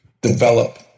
develop